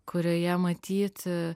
kurioje matyti